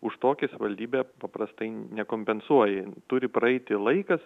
už tokius savivaldybė paprastai nekompensuoja turi praeiti laikas